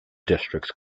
districts